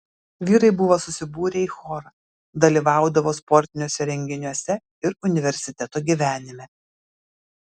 vyrai buvo susibūrę į chorą dalyvaudavo sportiniuose renginiuose ir universiteto gyvenime